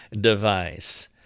device